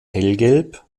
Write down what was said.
hellgelb